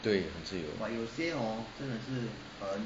对很自由